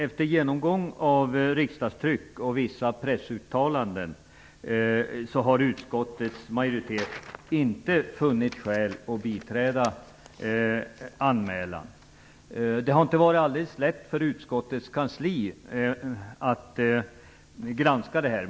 Efter genomgång av riksdagstryck och vissa pressuttalanden har utskottets majoritet inte funnit skäl att biträda anmälningen. Det har inte varit alldeles lätt för utskottets kansli att granska detta.